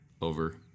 over